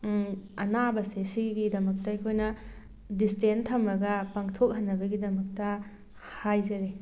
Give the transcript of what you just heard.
ꯑꯅꯥꯕꯁꯦ ꯁꯤꯒꯤꯗꯃꯛꯇ ꯑꯩꯈꯣꯏꯅ ꯗꯤꯁꯇꯦꯟꯁ ꯊꯝꯃꯒ ꯄꯥꯡꯊꯣꯛ ꯍꯟꯅꯕꯒꯤꯗꯃꯛꯇ ꯍꯥꯏꯖꯔꯤ